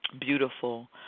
Beautiful